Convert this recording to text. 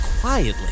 quietly